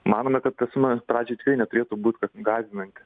manome kad ta suma pradžioj tikrai neturėtų būt kad gąsdinanti